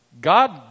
God